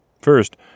First